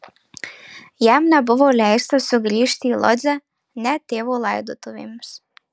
jam nebuvo leista sugrįžti į lodzę net tėvo laidotuvėms